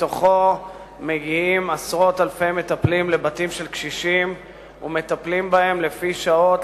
מתוכו מגיעים עשרות אלפי מטפלים לבתים של קשישים ומטפלים בהם לפי שעות,